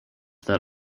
that